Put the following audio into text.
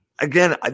again